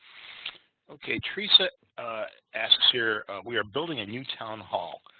okay, theresa asks here we are building a new town hall,